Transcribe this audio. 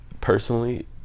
personally